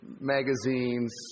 magazines